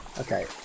Okay